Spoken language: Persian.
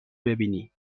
ببینی